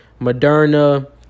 Moderna